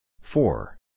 Four